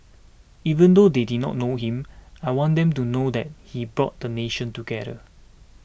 even though they did not know him I want them to know that he brought the nation together